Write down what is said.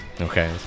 okay